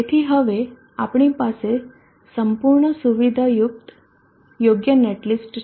તેથી હવે આપણી પાસે સંપૂર્ણ સુવિધાયુક્ત યોગ્ય નેટલિસ્ટ છે